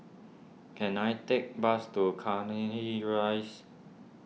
can I take bus to Cairnhill Rise